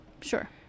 sure